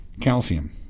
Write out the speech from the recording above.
Calcium